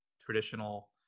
traditional